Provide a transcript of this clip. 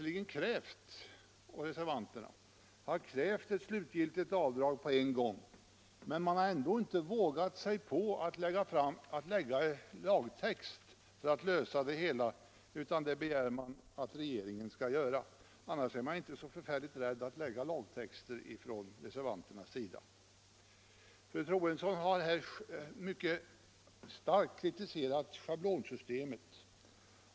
Motionärerna och reservanterna har krävt ett slutgiltigt avdrag på en gång, men de har ändå inte vågat sig på att framlägga ett förslag till lagtext för att lösa detta problem, utan det begär man att regeringen skall göra. Annars är ju reservanterna inte så förfärligt rädda att föreslå lagtexter! Fru Troedsson har här mycket starkt kritiserat schablonsystemet.